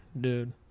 Dude